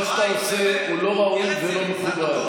מה שאתה עושה הוא לא ראוי ולא מכובד.